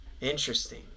Interesting